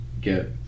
get